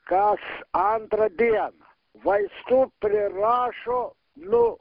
kas antrą dieną vaistų prirašo nu